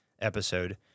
episode